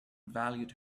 valued